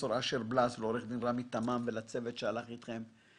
לפרופסור אשר בלס ולעורך הדין רמי תמם והצוות שהלך איתם.